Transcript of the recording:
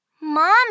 Mom